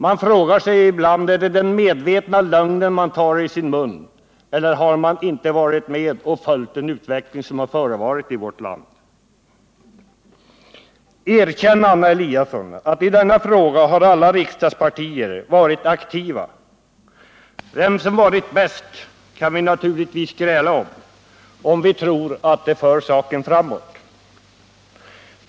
Man frågar sig ibland: Är det den medvetna lögnen de tar i sin mun, eller har de inte varit med och följt den utveckling som förevarit i vårt land? Erkänn, Anna Eliasson, att i denna fråga har alla riksdagspartier varit aktiva! Vem som varit bäst kan vi naturligtvis gräla om, om vi tror att det för saken framåt.